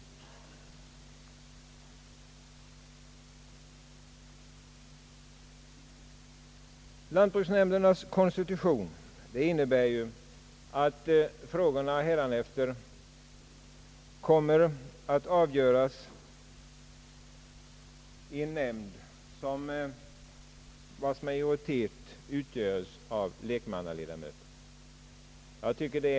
Enligt lantbruksnämndernas <konstruktion kommer frågorna hädanefter att avgöras i en nämnd där lekmannaledamöterna befinner sig i majoritet.